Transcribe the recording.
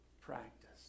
Practice